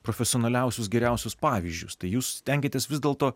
profesionaliausius geriausius pavyzdžius tai jūs stengiatės vis dėlto